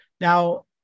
Now